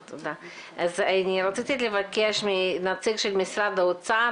רציתי לבקש מנציג של משרד האוצר,